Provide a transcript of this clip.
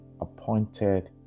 appointed